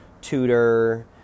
tutor